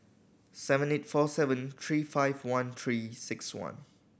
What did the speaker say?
seven eight four seven three five one Three Six One